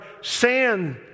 sand